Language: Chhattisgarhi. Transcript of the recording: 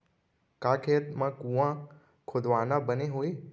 का खेत मा कुंआ खोदवाना बने होही?